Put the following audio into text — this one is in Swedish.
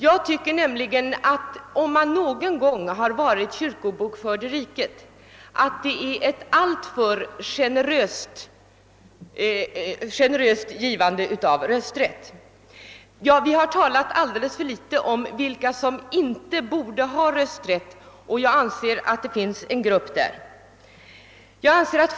Jag tycker nämligen att villkoret att man någon gång skall ha varit kyrkobokförd i riket innebär ett alltför generöst givande av rösträtt. Vi har talat alldeles för litet om vilka som inte borde ha rösträtt, jag anser att det finns en sådan grupp.